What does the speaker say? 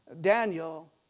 Daniel